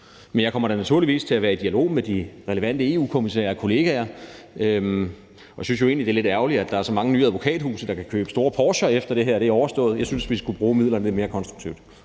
Men jeg kommer da naturligvis til at være i dialog med de relevante EU-kommissærer og kollegaer. Og jeg synes jo egentlig, det er lidt ærgerligt, at der er så mange nye advokathuse, der kan købe store Porscher, efter at det her er overstået. Jeg synes, vi skulle bruge midlerne lidt mere konstruktivt.